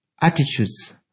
Attitudes